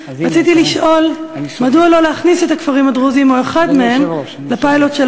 רציתי לשאול מדוע לא להכניס את הכפרים הדרוזיים או אחד מהם לפיילוט של